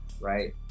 right